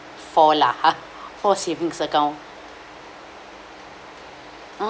four lah ha four savings account